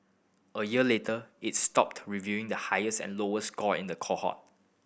a year later it stopped revealing the highest and lowest score in the cohort